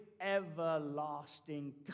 everlasting